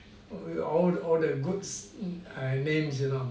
all all the all the goods names you know